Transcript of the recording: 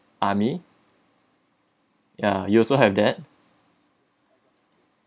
army ya you also have that